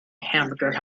hamburger